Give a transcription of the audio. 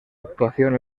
actuación